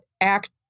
act